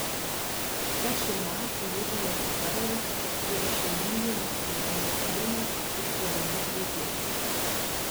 ta šeima ta jūržolė su perlais ir iš šeimyninio nusigyvenimo slėnio iš suodinos buities